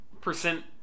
percent